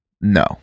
No